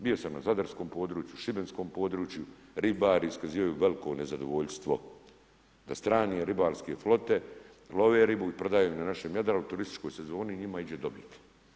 Bio sam na zadarskom području, šibenskom području, ribari iskazuju veliko nezadovoljstvo da strane ribarske flote love ribu i prodaju na našem Jadranu u turističkoj sezoni, njima ide dobit.